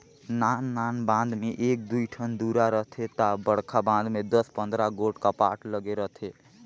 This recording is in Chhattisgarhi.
नान नान बांध में एक दुई ठन दुरा रहथे ता बड़खा बांध में दस पंदरा गोट कपाट लगे रथे